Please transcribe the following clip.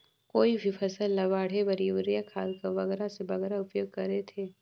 कोई भी फसल ल बाढ़े बर युरिया खाद कर बगरा से बगरा उपयोग कर थें?